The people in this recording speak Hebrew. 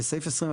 וסעיף 21,